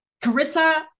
Carissa